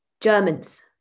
Germans